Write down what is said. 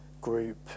group